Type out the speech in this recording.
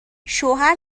شوهر